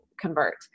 convert